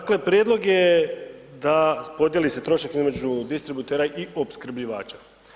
Dakle, prijedlog je da podijeli se trošak između distributera i opskrbljivača.